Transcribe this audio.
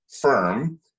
firm